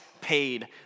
paid